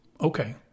okay